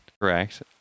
Correct